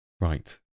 right